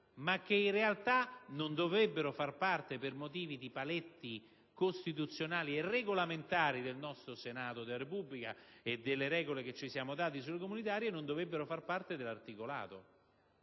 ma che in realtà non dovrebbero farne parte per motivi di paletti costituzionali, e regolamentari del nostro Senato della Repubblica, e delle regole che ci siamo dati sulle leggi comunitarie. Alla fine nessuno può essere contrario